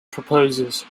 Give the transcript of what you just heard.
proposes